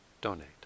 donate